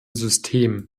system